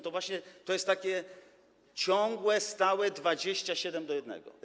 To właśnie jest takie ciągłe, stałe 27 do 1.